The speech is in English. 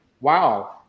wow